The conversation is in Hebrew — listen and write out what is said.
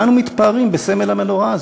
מה אנו מתפארים בסמל המנורה הזה?